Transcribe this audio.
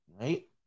right